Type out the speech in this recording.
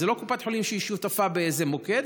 זה לא קופת חולים שהיא שותפה באיזה מוקד,